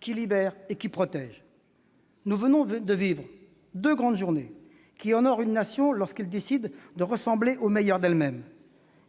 qui libère et qui protège. Nous venons de vivre deux de ces grandes journées qui honorent une nation lorsqu'elle décide de ressembler au meilleur d'elle-même.